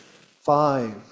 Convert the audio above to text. five